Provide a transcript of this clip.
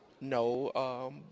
No